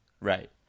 Right